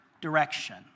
direction